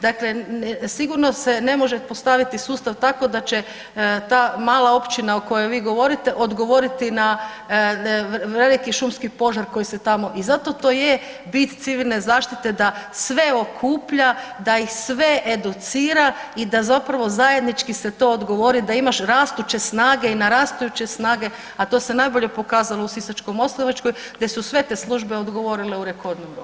Dakle, sigurno se ne može postaviti sustav tako da će ta mala općina o kojoj vi govorite odgovoriti na veliki šumski požar koji se tamo i zato to je bit civilne zaštite da sve okuplja, da ih sve educira i da zapravo zajednički se to odgovori da imaš rastuće snage i na rastuće snage, a to se najbolje pokazalo u Sisačko-moslavačkoj gdje su sve te službe odgovorile u rekordnom roku.